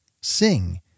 Sing